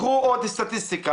קחו עוד סטטיסטיקה,